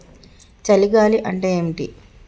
చలి గాలి అంటే ఏమిటి?